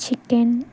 chicken